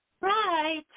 Right